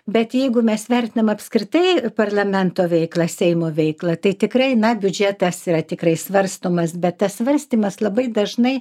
bet jeigu mes vertinam apskritai parlamento veiklą seimo veiklą tai tikrai na biudžetas tikrai svarstomas bet tas svarstymas labai dažnai